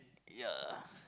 ya